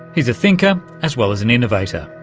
he's a thinker as well as an innovator.